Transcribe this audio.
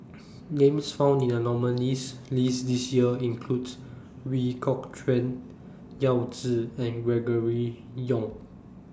Names found in The nominees' list This Year include Ooi Kok Chuen Yao Zi and Gregory Yong